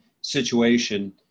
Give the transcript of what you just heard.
situation